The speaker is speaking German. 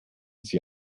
sie